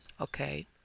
Okay